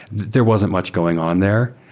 there wasn't much going on there.